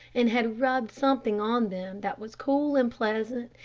and had rubbed something on them that was cool and pleasant,